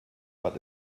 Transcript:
but